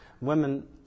women